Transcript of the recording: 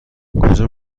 کجا